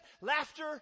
Laughter